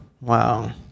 Wow